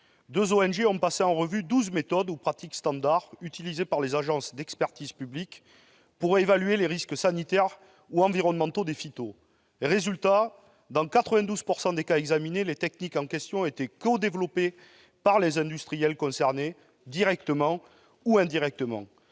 Deux ONG ont passé en revue douze méthodes ou pratiques standards utilisées par les agences d'expertise publiques pour évaluer les risques sanitaires ou environnementaux présentés par les produits phytosanitaires : dans 92 % des cas examinés, les techniques en question ont été codéveloppées par les industriels concernés, directement ou indirectement.